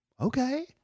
okay